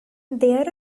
there